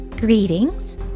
Greetings